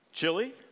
Chili